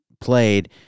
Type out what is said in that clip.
played